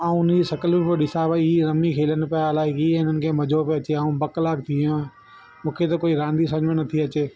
आऊं उनजी शिकिलूं पियो ॾिसा वेही हीअ रमी खेलनि पिया अलाए कीअं हिनन खे मज़ो पियो अचे ऐं ॿ कलाक थी वियो आहे मूंखे त कोई रांदि ई समुझ में न थी अचे